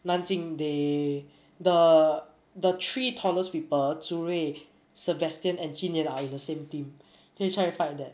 nanxing they the the three tallest people zirui sebastian and zunyuan are in the same team then they try to fight that